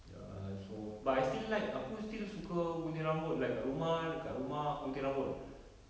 ya so but I still like aku still suka gunting rambut like kat rumah dekat rumah aku gunting rambut